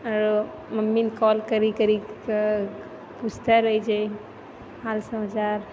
मम्मीने कॉल करि करिकऽ पूछिते रहै छै हाल समाचार